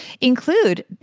include